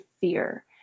fear